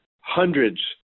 hundreds